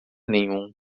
nenhum